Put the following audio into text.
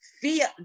fear